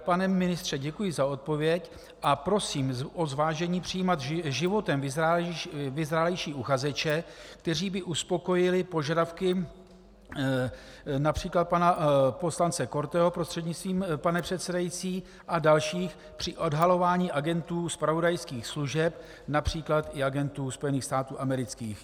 Pane ministře, děkuji za odpověď a prosím o zvážení přijímat životem vyzrálejší uchazeče, kteří by uspokojili požadavky například pana poslance Korteho, prostřednictvím pana předsedajícího, a dalších při odhalování agentů zpravodajských služeb, například i agentů Spojených států amerických.